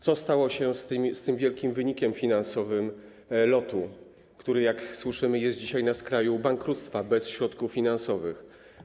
Co stało się z tym wielkim wynikiem finansowym LOT-u, który, jak słyszymy, jest dzisiaj na skraju bankructwa, bez środków finansowych?